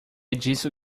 disso